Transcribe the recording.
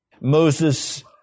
Moses